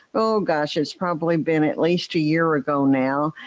oh gosh, it's probably been at least a year ago now.